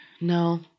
No